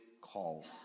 call